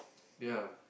ya